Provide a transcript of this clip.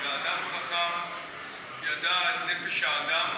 ואדם חכם שידע את נפש האדם,